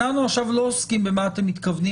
אנחנו עכשיו לא עוסקים במה אתם מתכוונים